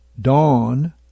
dawn